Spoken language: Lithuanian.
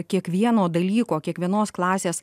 kiekvieno dalyko kiekvienos klasės